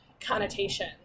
connotation